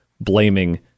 blaming